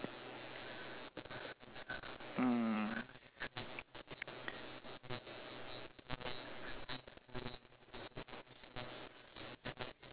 mm